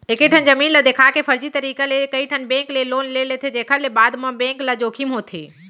एकेठन जमीन ल देखा के फरजी तरीका ले कइठन बेंक ले लोन ले लेथे जेखर ले बाद म बेंक ल जोखिम होथे